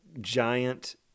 Giant